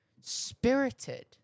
Spirited